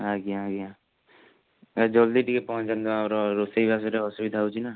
ଆଜ୍ଞା ଆଜ୍ଞା ଭାଇ ଜଲ୍ଦି ଟିକେ ପହଞ୍ଚାନ୍ତୁ ଆମର ରୋଷେଇବାସରେ ଅସୁବିଧା ହେଉଛି ନା